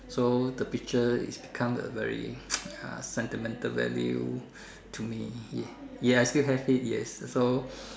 so the picture is become the very uh sentimental value to me ya I still have it yes so